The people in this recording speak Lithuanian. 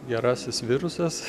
gerasis virusas